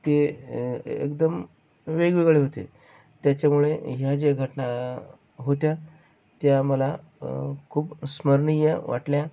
ते एकदम वेगवेगळे होते त्याच्यामुळे ह्या ज्या घटना होत्या त्या मला खूप स्मरणीय वाटल्या